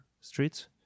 streets